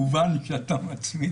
מבחינתי,